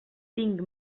tinc